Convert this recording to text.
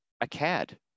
Acad